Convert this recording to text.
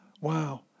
Wow